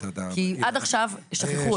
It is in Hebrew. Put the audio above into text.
כי עד עכשיו שכחו אותם.